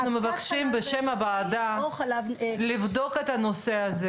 אנחנו מבקשים בשם הוועדה לבדוק את הנושא הזה